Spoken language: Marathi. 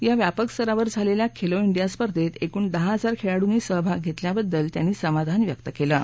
या व्यापक स्तरावर झालेल्या या खेलो डिया स्पर्धेत एकूण दहा हजार खेळाडूंनी सहभाग घेतल्याबद्दल त्यांनी समाधान व्यक्त केलं आहे